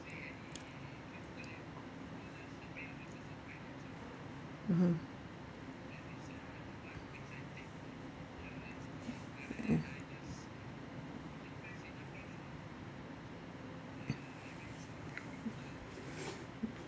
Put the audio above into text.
mmhmm mm